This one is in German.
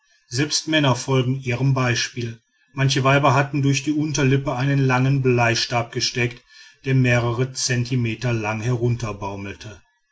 selbst männer folgen ihrem beispiel manche weiber hatten durch die unterlippe einen langen bleistab gesteckt der mehrere zentimeter lang